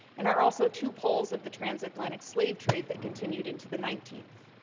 and are also two poles of the trans-atlantic slave trade that continued into the nineteenth.